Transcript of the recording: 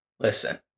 Listen